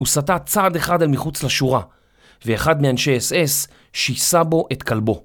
הוא סטה צעד אחד על מחוץ לשורה ואחד מאנשי האס-אס שיסע בו את כלבו